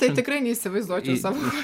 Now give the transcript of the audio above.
tai tikrai neįsivaizduočiau savo